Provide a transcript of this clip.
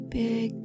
big